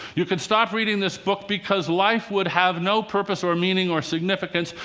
you could stop reading this book because life would have no purpose or meaning or significance.